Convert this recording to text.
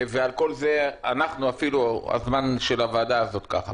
ועל כל זה אנחנו אפילו הזמן של הוועדה זאת ככה.